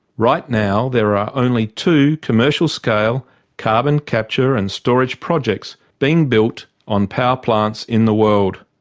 right now, there are only two commercial scale carbon capture and storage projects being built on power plants in the world.